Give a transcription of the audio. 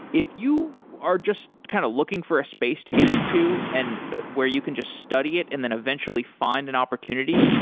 if you are just kind of looking for a space to get into and where you can just study it and then eventually find an opportunity,